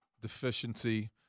deficiency –